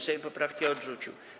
Sejm poprawki odrzucił.